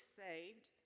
saved